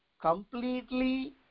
completely